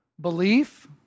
Belief